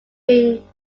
being